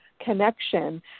connection